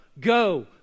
go